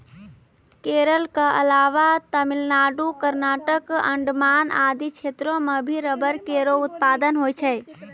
केरल क अलावा तमिलनाडु, कर्नाटक, अंडमान आदि क्षेत्रो म भी रबड़ केरो उत्पादन होय छै